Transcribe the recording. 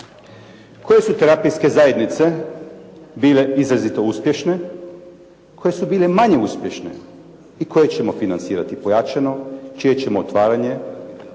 koje su terapijske zajednice bile izrazito uspješne, koje su bile manje uspješne i koje ćemo financirati pojačano, čije ćemo otvaranje